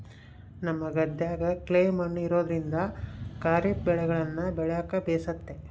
ನಮ್ಮ ಗದ್ದೆಗ ಕ್ಲೇ ಮಣ್ಣು ಇರೋದ್ರಿಂದ ಖಾರಿಫ್ ಬೆಳೆಗಳನ್ನ ಬೆಳೆಕ ಬೇಸತೆ